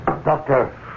Doctor